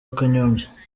kanyombya